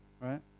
Right